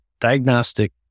diagnostic